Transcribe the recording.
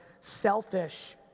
selfish